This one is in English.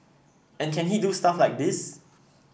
and can he do stuff like this